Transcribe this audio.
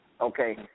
Okay